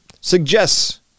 Suggests